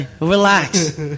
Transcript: Relax